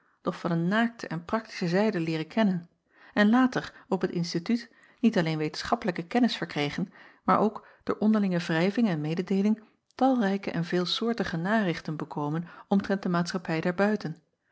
doch van een naakte en praktische zijde leeren kennen en later op het instituut niet alleen wetenschappelijke kennis verkregen maar ook door onderlinge wrijving en mededeeling talrijke en veelsoortige narichten bekomen omtrent de maatschappij daarbuiten